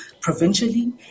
provincially